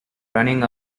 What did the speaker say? running